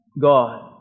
God